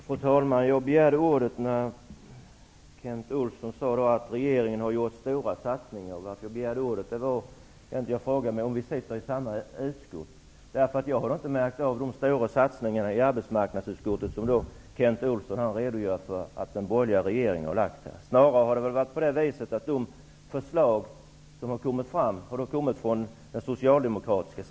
Fru talman! Jag begärde ordet när Kent Olsson sade att regeringen har gjort stora satsningar. Jag frågar mig om vi sitter i samma utskott. Jag har inte i arbetsmarknadsutskottet märkt av de stora satsningar som Kent Olsson redovisar att den borgerliga regeringen har gjort. Snarare har det i så fall varit på det viset att de förslag som har lagts fram har kommit från Socialdemokraterna.